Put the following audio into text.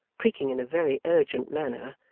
creaking in a very urgent manner,